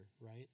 right